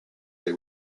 they